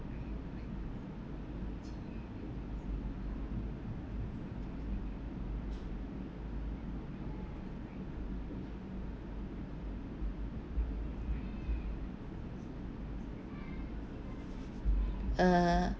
uh